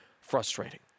frustrating